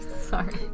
Sorry